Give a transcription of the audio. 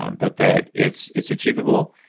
but that it's it's achievable.